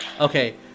okay